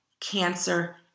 cancer